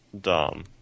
dumb